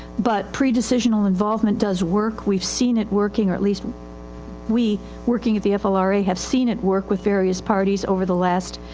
but pre-decisional involvement does work. weive seen it working or at least we working at the flra have seen it work with various parties over the last,